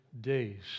days